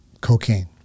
cocaine